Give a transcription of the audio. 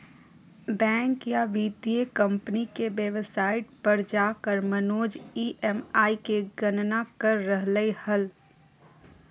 bank या वित्तीय company के वेबसाइट पर जाकर मनोज ई.एम.आई के गणना कर रहलय हल